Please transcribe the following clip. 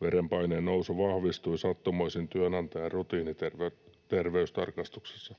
Verenpaineen nousu vahvistui sattumoisin työnantajan rutiiniterveystarkastuksessa,